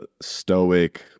stoic